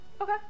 Okay